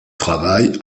travail